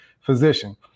physician